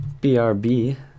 BRB